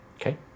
Okay